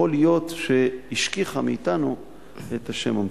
יכול להיות שהשכיח מאתנו את השם המקורי.